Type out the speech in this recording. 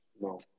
No